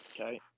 okay